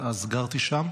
אז גרתי שם,